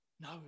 No